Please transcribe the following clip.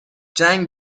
جنگ